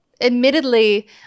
admittedly